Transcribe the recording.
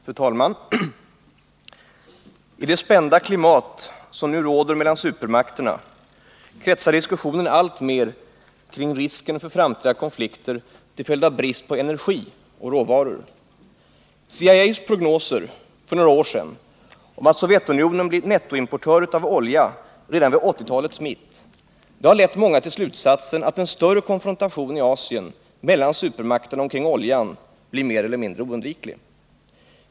Fru talman! I det spända klimat som nu råder mellan supermakterna kretsar diskussionen alltmer kring risken för framtida konflikter till följd av brist på energi och råvaror. CIA:s prognoser för några år sedan om att Sovjetunionen blir nettoimportör av olja redan vid 1980-talets mitt har lett många till slutsatsen att en större konfrontation i Asien mellan supermakterna kring oljan blir mer eller mindre oundviklig.